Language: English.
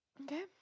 Okay